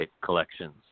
collections